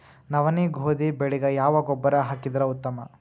ನವನಿ, ಗೋಧಿ ಬೆಳಿಗ ಯಾವ ಗೊಬ್ಬರ ಹಾಕಿದರ ಉತ್ತಮ?